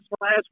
last